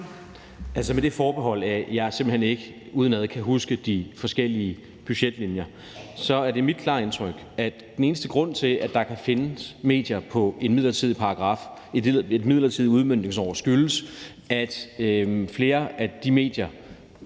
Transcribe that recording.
Altså, med det forbehold, at jeg simpelt hen ikke udenad kan huske de forskellige budgetlinjer, er det mit klare indtryk, at den eneste grund til, at der kan findes medier på en midlertidig paragraf, et midlertidigt udmøntningsår, er, at flere af de medier